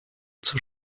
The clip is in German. zur